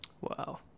Wow